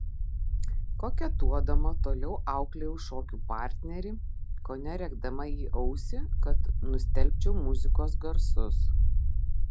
koketuodama toliau auklėjau šokių partnerį kone rėkdama į ausį kad nustelbčiau muzikos garsus